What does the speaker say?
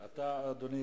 זחאלקה.